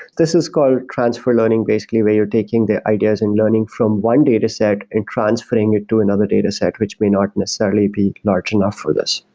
this is called transfer learning basically where you're taking the ideas and learning form one dataset and transferring it to another dataset, which may not necessarily be large enough for this.